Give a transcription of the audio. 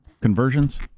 conversions